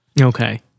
Okay